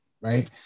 right